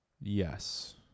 Yes